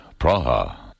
Praha